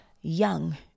young